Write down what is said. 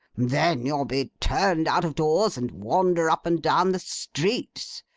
then you'll be turned out of doors, and wander up and down the streets.